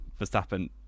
Verstappen